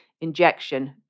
injection